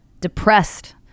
depressed